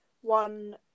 one